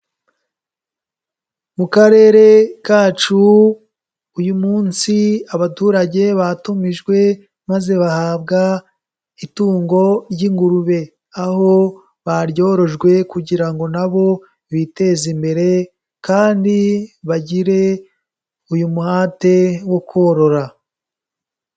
Mu karere kacu uyu munsi abaturage batumijwe maze bahabwa itungo ry'ingurube, aho baryorojwe kugira ngo na bo biteze imbere kandi bagire uyu muhate wo korora.